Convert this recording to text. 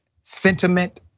sentiment